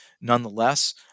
Nonetheless